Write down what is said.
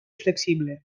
flexible